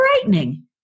frightening